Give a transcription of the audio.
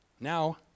Now